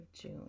June